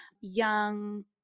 young